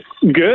Good